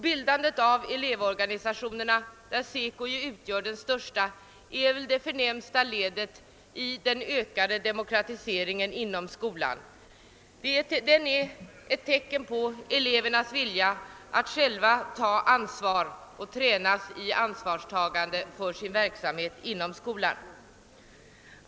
Bildandet av elevorganisationerna, av vilka SECO utgör den största, är väl det förnämsta ledet i den ökade demokratiseringen inom skolan. Det är ett tecken på elevernas vilja att själva ta ansvar och tränas i ansvarstagande för sin verksamhet inom skolan.